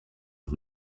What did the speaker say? who